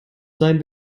sein